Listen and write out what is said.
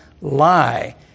lie